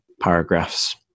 paragraphs